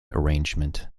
arrangement